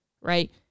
right